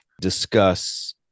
discuss